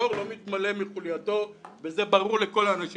הבור לא מתמלא מחולייתו וזה ברור לכל האנשים.